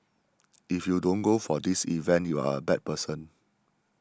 if you don't go for this event you are a bad person